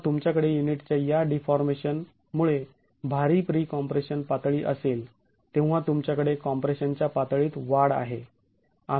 जेव्हा तुमच्याकडे युनिटच्या या डीफॉर्मेशन मुळे भारी प्री कॉम्प्रेशनची पातळी असेल तेव्हा तुमच्याकडे कॉम्प्रेशन च्या पातळीत वाढ आहे